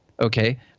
Okay